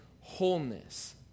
wholeness